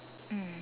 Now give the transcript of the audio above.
mm